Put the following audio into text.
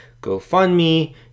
GoFundMe